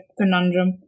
conundrum